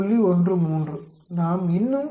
13 நாம் இன்னும் 0